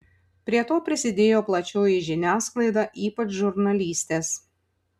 prie to prisidėjo plačioji žiniasklaida ypač žurnalistės